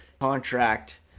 contract